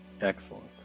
Excellent